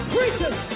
Preachers